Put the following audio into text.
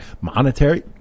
monetary